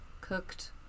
cooked